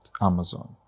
Amazon